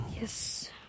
Yes